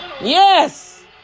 Yes